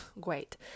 great